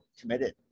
committed